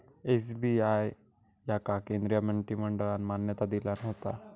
SBI याका केंद्रीय मंत्रिमंडळान मान्यता दिल्यान होता